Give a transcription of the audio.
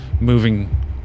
moving